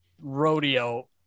rodeo